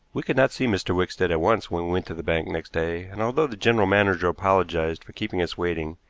we could not see mr. wickstead at once when we went to the bank next day, and although the general manager apologized for keeping us waiting,